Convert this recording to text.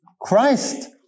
Christ